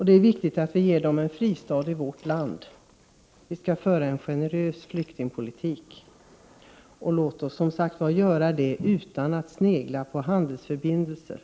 Det är viktigt att flyktingarna får en fristad i vårt land. Vi skall föra en generös flyktingpolitik. Låt oss, som sagt, göra det utan att snegla på handelsförbindelserna.